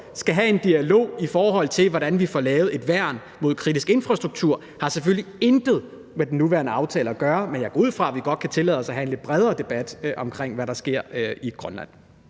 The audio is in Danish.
skal have en dialog, i forhold til hvordan vi får lavet et værn mod kritisk infrastruktur, har selvfølgelig intet med den nuværende aftale at gøre, men jeg går ud fra, at vi godt kan tillade os at have en lidt bredere debat om, hvad der sker i Grønland.